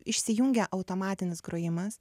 išsijungia automatinis grojimas